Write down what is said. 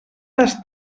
les